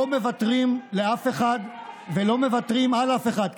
לא מוותרים לאף אחד ולא מוותרים על אף אחד.